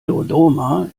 dodoma